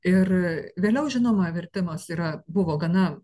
ir vėliau žinoma vertimas yra buvo gana